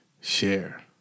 Share